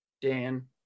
Dan